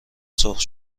سرخ